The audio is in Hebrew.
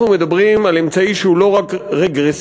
מדברים על אמצעי שהוא לא רק רגרסיבי,